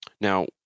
Now